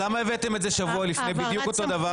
למה הבאתם את זה שבוע לפני, בדיוק אותו הדבר?